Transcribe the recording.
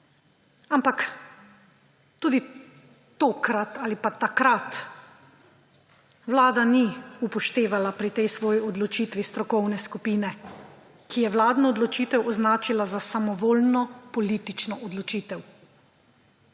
ampak tudi tokrat ali pa takrat Vlada ni upoštevala pri tej svoji odločitvi strokovne skupine, ki je vladno odločitev označila za samovoljno politično odločitev.